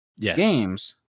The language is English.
games